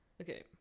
Okay